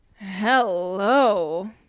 hello